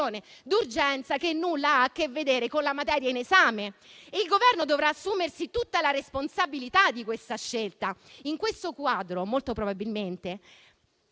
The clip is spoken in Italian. d'urgenza che nulla ha a che vedere con la materia in esame. Il Governo dovrà assumersi tutta la responsabilità di questa scelta. In questo quadro, molto probabilmente